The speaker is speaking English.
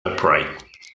upright